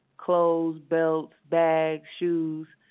clothes, belts, bags, shoes.